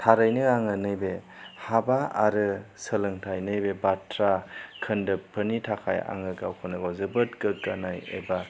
थारैनो आङो नैबे हाबा आरो सोलोंथाइ नैबे बाथ्रा खोन्दोबफोरनि थाखाइ आङो गावखौनो गाव जोबोद गोग्गानाय एबा